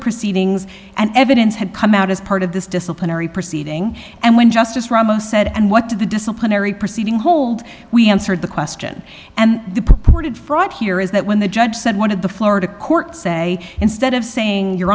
proceedings and evidence had come out as part of this disciplinary proceeding and when justice ramos said and what did the disciplinary proceeding hold we answered the question and the purported fraud here is that when the judge said one of the florida courts say instead of saying you